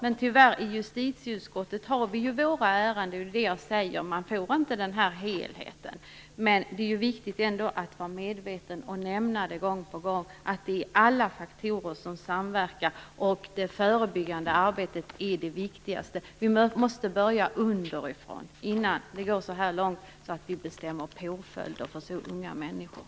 Men i justitieutskottet har vi ju tyvärr våra ärenden, och man får som jag redan har sagt inte den önskvärda helheten. Men det är ändå viktigt att vara medveten om - och nämna det gång på gång - att många faktorer samverkar här och att det förebyggande arbetet är det viktigaste. Vi måste börja underifrån, innan vi går så långt att vi bestämmer påföljder för så unga människor.